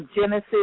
Genesis